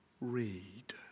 read